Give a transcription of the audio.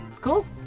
Cool